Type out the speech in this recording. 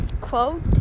quote